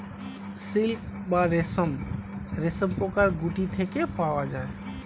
silk বা রেশম রেশমপোকার গুটি থেকে পাওয়া যায়